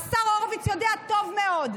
השר הורוביץ יודע טוב מאוד,